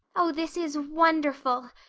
oh, this is wonderful!